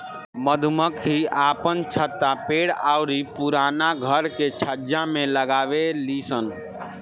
मधुमक्खी आपन छत्ता पेड़ अउरी पुराना घर के छज्जा में लगावे लिसन